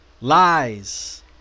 lies